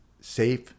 safe